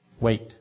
Wait